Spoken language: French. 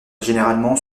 généralement